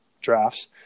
drafts